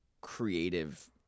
creative